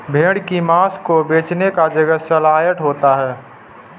भेड़ की मांस को बेचने का जगह सलयार्ड होता है